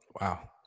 Wow